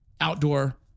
outdoor